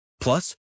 Plus